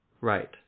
Right